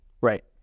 Right